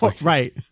right